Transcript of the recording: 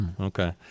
Okay